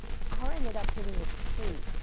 her car ended up hitting a tree.